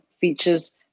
features